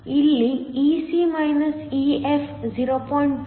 ಇಲ್ಲಿ Ec EF 0